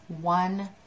one